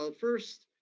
um first,